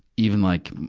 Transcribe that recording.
even like,